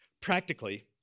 Practically